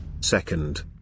Second